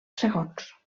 segons